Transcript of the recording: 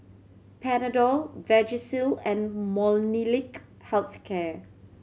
Panadol Vagisil and Molnylcke Health Care